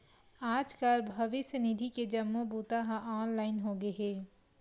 आजकाल भविस्य निधि के जम्मो बूता ह ऑनलाईन होगे हे